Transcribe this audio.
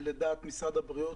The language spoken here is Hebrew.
לדעת משרד הבריאות,